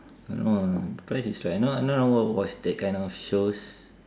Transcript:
no no price is right not not not watch that kind of shows